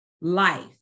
life